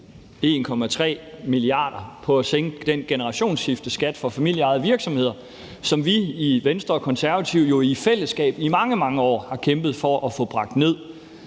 1,3 mia. kr. på at sænke den generationsskifteskat for familieejede virksomheder, som vi i Venstre og Konservative jo i fællesskab i mange, mange år har kæmpet for at få bragt ned.